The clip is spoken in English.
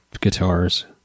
guitars